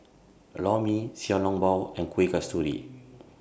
Lor Mee Xiao Long Bao and Kuih Kasturi